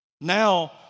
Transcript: Now